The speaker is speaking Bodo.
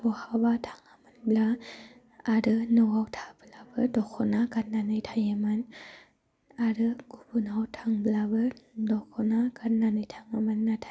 बहाबा थाङोब्ला आरो न'आव थाब्लाबो दखना गाननानै थायोमोन आरो गुबुनाव थांब्लाबो दखना गाननानै थाङोमोन नाथाय